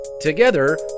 Together